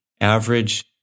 average